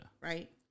Right